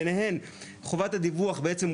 בניהן חובת הדיווח לרישום מחלות